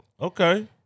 Okay